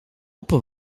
open